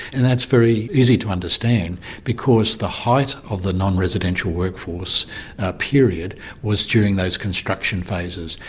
and that's very easy to understand because the height of the non-residential workforce period was during those construction phases.